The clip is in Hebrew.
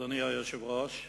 אדוני היושב-ראש,